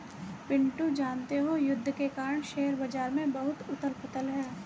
पिंटू जानते हो युद्ध के कारण शेयर बाजार में बहुत उथल पुथल है